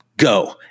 go